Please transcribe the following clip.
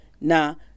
now